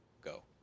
go